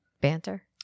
banter